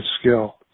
skill